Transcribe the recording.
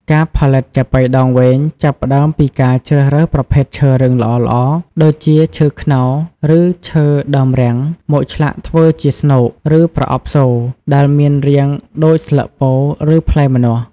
ការផលិត ចាប៉ីដងវែង ចាប់ផ្ដើមពីការជ្រើសរើសប្រភេទឈើរឹងល្អៗ ដូចជាឈើខ្នុរ ឬឈើដើមរាំង មកឆ្លាក់ធ្វើជា ស្នូក ឬប្រអប់សូរ ដែលមានរាងដូចស្លឹកពោធិ ឬផ្លែម្នាស់។